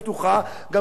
גם קצת רלוונטית,